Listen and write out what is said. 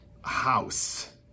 house